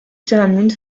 pyramide